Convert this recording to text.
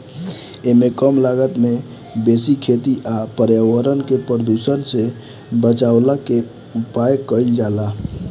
एमे कम लागत में बेसी खेती आ पर्यावरण के प्रदुषण से बचवला के उपाय कइल जाला